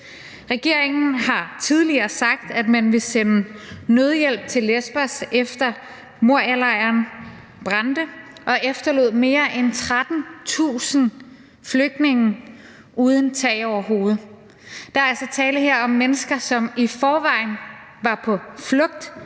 Regeringen har tidligere sagt, at man vil sende nødhjælp til Lesbos, efter Morialejren brændte og efterlod mere end 13.000 flygtninge uden tag over hovedet. Der er altså her tale om mennesker, som i forvejen var på flugt,